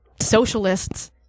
socialists